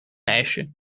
ijsje